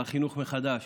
על החינוך מחדש,